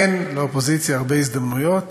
אין לאופוזיציה הרבה הזדמנויות